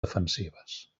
defensives